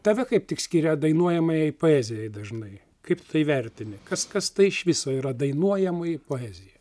tave kaip tik skiria dainuojamajai poezijai dažnai kaip tai vertini kas kas tai iš viso yra dainuojamoji poezija